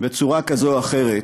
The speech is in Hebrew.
בצורה כזו או אחרת,